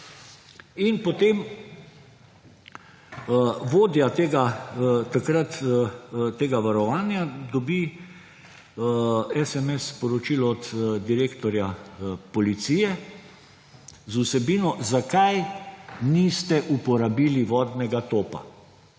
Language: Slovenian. In potem vodja tega takrat tega varovanja dobi SMS sporočilo od direktorja policije z vsebino: »Zakaj niste uporabili vodnega topa?«